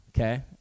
Okay